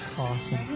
awesome